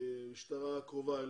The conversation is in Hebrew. במשטרה הקרובה אליו.